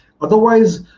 Otherwise